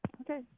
Okay